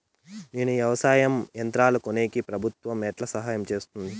నేను వ్యవసాయం యంత్రాలను కొనేకి ప్రభుత్వ ఎట్లా సహాయం చేస్తుంది?